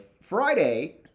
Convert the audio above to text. Friday